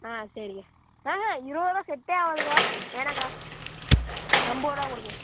ஆ சரிக்கா ஆஹ இருபது ரூவா செட்டே ஆகாதுக்கா வேணாம்க்கா ஐம்பது ரூவா கொடுங்க